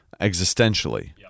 existentially